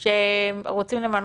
או שיש חוק